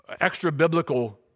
Extra-biblical